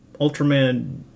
Ultraman